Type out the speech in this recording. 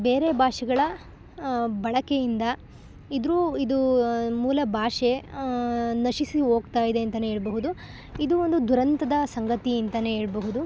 ಬೇರೆ ಭಾಷೆಗಳ ಬಳಕೆಯಿಂದ ಇದ್ರು ಇದು ಮೂಲ ಭಾಷೆ ನಶಿಸಿ ಹೋಗ್ತಾ ಇದೆ ಅಂತಾ ಹೇಳ್ಬಹುದು ಇದು ಒಂದು ದುರಂತದ ಸಂಗತಿ ಅಂತಾ ಹೇಳ್ಬಹುದು